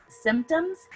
symptoms